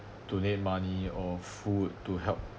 donate money or food to help